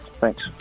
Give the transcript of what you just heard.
Thanks